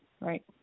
Right